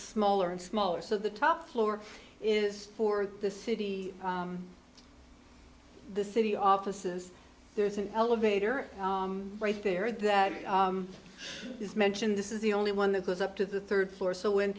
smaller and smaller so the top floor is for the city the city offices there's an elevator right there that is mentioned this is the only one that goes up to the third floor so when